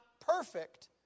perfect